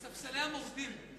בספסלי המורדים.